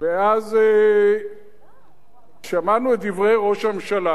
ואז שמענו את דברי ראש הממשלה,